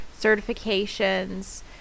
certifications